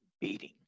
beating